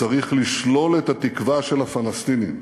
צריך לשלול את התקווה של הפלסטינים,